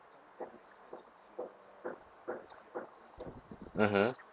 mmhmm